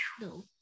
no